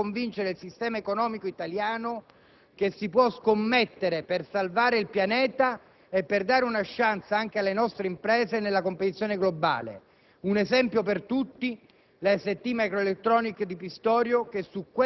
Su questa strada dobbiamo marciare e su questa strada dobbiamo convincere il sistema economico italiano che si può scommettere per salvare il pianeta e per dare una *chance* anche le nostre imprese nella competizione globale.